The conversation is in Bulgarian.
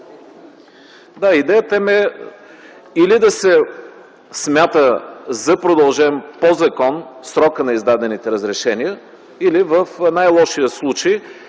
Идеята ми е или да се смята за продължен по закон срокът на издадените разрешения, или в най-лошия случай